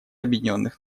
объединенных